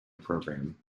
programme